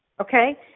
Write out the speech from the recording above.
Okay